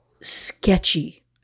sketchy